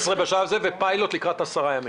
12 בשלב הזה, ופיילוט לקראת 10 ימים.